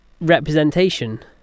representation